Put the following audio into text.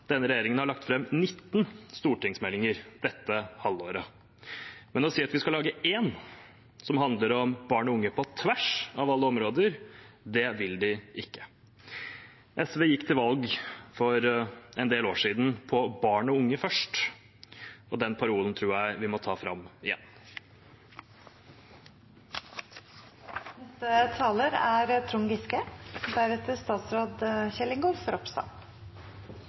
denne regjeringen har lagt fram 19 stortingsmeldinger dette halvåret, men å si at vi skal lage én som handler om barn og unge på tvers av alle områder, det vil de ikke. SV gikk for en del år siden til valg på «Barn og unge først». Den parolen tror jeg vi må ta fram igjen. Dette er